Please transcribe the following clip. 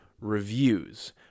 reviews